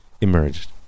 emerged